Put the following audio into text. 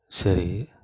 சரி